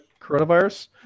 coronavirus